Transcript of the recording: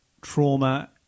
trauma